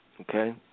okay